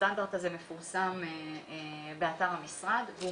הסטנדרט הזה מפורסם באתר המשרד והוא